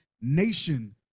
nation